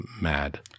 mad